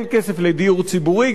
אין כסף לדיור ציבורי,